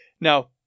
Now